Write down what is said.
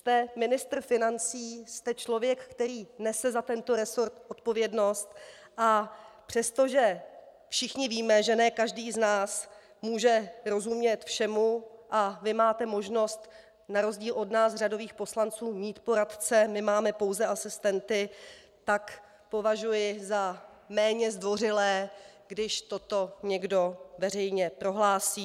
Jste ministr financí, jste člověk, který nese za tento resort odpovědnost, a přestože všichni víme, že ne každý z nás může rozumět všemu a vy máte možnost na rozdíl od nás řadových poslanců mít poradce, my máme pouze asistenty , tak považuji za méně zdvořilé, když toto někdo veřejně prohlásí.